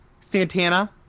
Santana